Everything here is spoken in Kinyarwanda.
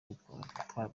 gutwara